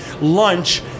lunch